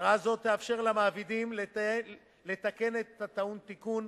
התראה זו תאפשר למעבידים לתקן את הטעון תיקון,